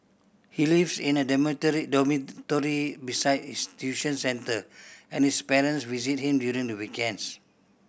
he lives in a dormitory beside his tuition centre and his parents visit him during the weekends